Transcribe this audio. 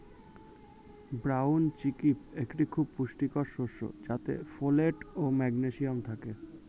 brown chickpea একটি খুবই পুষ্টিকর শস্য যাতে ফোলেট ও ম্যাগনেসিয়াম থাকে